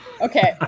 Okay